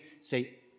say